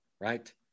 Right